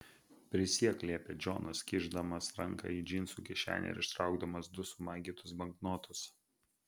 prisiek liepė džonas kišdamas ranką į džinsų kišenę ir ištraukdamas du sumaigytus banknotus